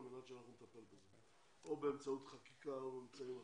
מנת שנטפל בזה או באמצעות חקיקה או באמצעים אחרים.